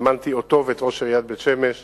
הזמנתי אותו ואת ראש עיריית בית-שמש לפגישה,